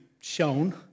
shown